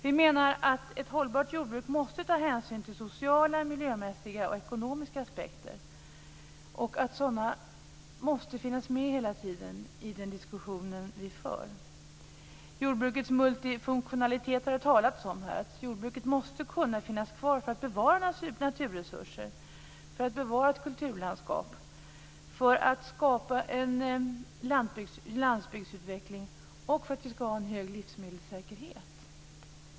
Vi menar att ett hållbart jordbruk måste ta hänsyn till sociala, miljömässiga och ekonomiska aspekter och att sådana måste finnas med hela tiden i den diskussion vi för. Jordbrukets multifunktionalitet har det talats om här. Jordbruket måste finnas kvar för att bevara naturresurser, för att bevara ett kulturlandskap, för att skapa en landsbygdsutveckling och för att vi ska ha en hög livsmedelssäkerhet.